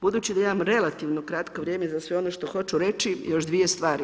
Budući da imam relativno kratko vrijeme za sve ono što hoću reći još dvije stvari.